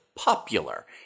Popular